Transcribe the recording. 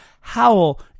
howl